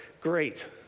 great